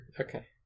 Okay